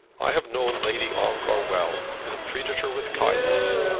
i have known lady ongar well, and have treated her with kindness.